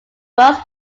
most